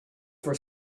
for